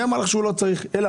מי אמר לך שהוא לא צריך סיוע?